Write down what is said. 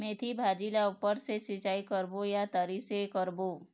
मेंथी भाजी ला ऊपर से सिचाई करबो या तरी से करबो?